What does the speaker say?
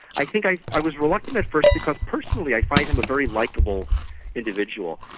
i think i i was reluctant at first because personally i find him a very likeable individual.